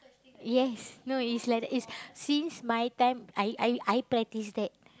yes no it's like that it's since my time I I I practise that